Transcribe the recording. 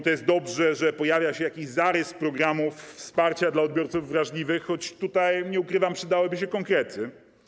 To dobrze, że pojawia się jakiś zarys programów wsparcia dla odbiorców wrażliwych, choć tutaj, nie ukrywam, przydałyby się konkrety.